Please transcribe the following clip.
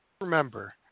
remember